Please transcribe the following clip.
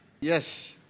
Yes